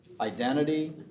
Identity